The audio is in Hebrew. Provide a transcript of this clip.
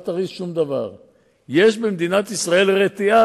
נכונות תהיה גם חקיקה שתחייב את היצרנים ואת היבואנים לטפל ב-60%